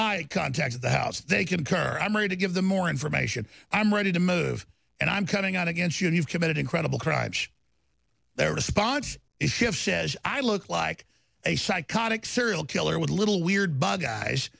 i contacted the house they concur i'm ready to give them more information i'm ready to move and i'm coming out against you and you've committed incredible crimes their response is shift says i look like a psychotic serial killer with little weird b